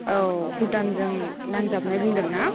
औ भुटान जों नांजाबनाय बुंदों ना